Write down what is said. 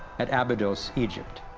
at abydos, egypt.